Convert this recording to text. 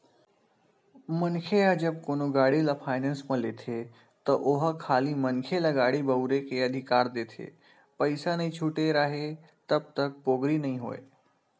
मनखे ह जब कोनो गाड़ी ल फायनेंस म लेथे त ओहा खाली मनखे ल गाड़ी बउरे के अधिकार देथे पइसा नइ छूटे राहय तब तक पोगरी नइ होय